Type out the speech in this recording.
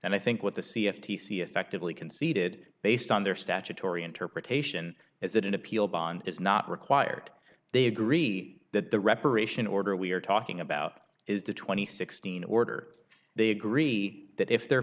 and i think what the c f t c effectively conceded based on their statutory interpretation is that an appeal bond is not required they agreed that the reparation order we are talking about is the twenty sixteen order they agree that if their